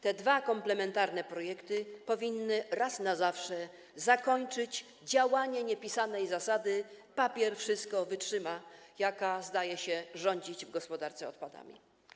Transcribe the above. Te dwa komplementarne projekty powinny raz na zawsze zakończyć działanie niepisanej zasady: papier wszystko wytrzyma, jaka zdaje się rządzić w gospodarce odpadami.